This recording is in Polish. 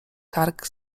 kark